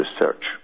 Research